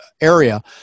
area